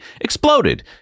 exploded